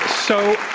so,